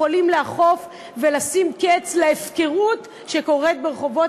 יכולים לאכוף ולשים קץ להפקרות שקורית ברחובות